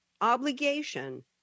obligation